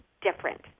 different